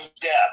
depth